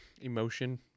emotion